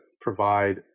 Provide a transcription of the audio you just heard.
provide